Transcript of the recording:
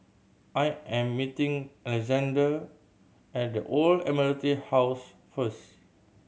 I am meeting Alexzander at The Old Admiralty House first